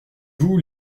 vous